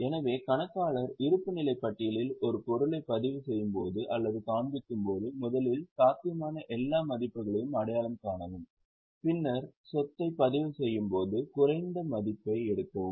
எனவே கணக்காளர் இருப்புநிலைப் பட்டியலில் ஒரு பொருளைப் பதிவுசெய்யும்போது அல்லது காண்பிக்கும் போது முதலில் சாத்தியமான எல்லா மதிப்புகளையும் அடையாளம் காணவும் பின்னர் சொத்தை பதிவு செய்யும் போது குறைந்த மதிப்பை எடுக்கவும்